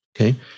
Okay